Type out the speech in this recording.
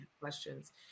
questions